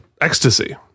ecstasy